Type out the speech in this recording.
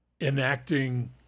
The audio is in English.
enacting